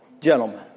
gentlemen